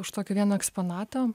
už tokio vieno eksponato